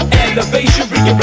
elevation